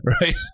right